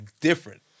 different